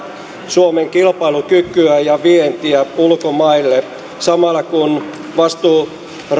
suomen kilpailukykyä ja vientiä ulkomaille samalla kun vastuurajojen